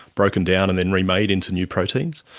broken down and then remade into new proteins,